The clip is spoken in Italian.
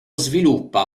sviluppa